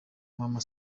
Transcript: maman